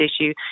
issue